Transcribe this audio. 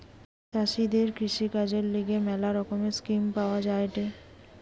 চাষীদের কৃষিকাজের লিগে ম্যালা রকমের স্কিম পাওয়া যায়েটে